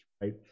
right